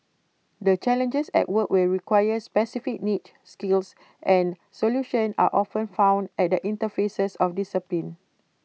the challenges at work will require specific niche skills and solutions are often found at the interfaces of disciplines